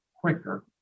quicker